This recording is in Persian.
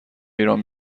ایران